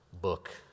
book